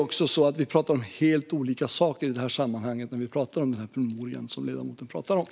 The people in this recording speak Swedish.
Men då talar vi om helt andra saker än den promemoria som ledamoten tog upp.